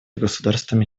государствами